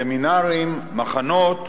סמינרים ומחנות.